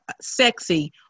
sexy